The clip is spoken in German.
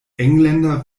engländer